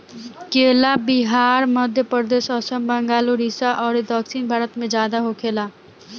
केला बिहार, मध्यप्रदेश, आसाम, बंगाल, उड़ीसा अउरी दक्षिण भारत में ज्यादा होखेला